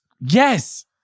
Yes